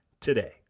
today